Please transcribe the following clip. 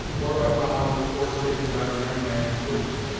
or by following the course taken by the young man in quitting it.